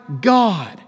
God